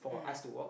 mmhmm